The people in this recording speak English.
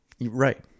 right